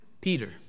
Peter